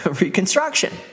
reconstruction